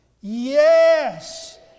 Yes